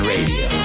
Radio